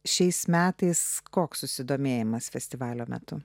šiais metais koks susidomėjimas festivalio metu